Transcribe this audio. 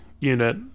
unit